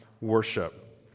worship